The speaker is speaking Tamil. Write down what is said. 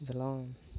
இதெல்லாம்